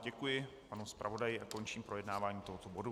Děkuji panu zpravodaji a končím projednávání tohoto bodu.